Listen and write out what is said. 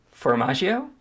Formaggio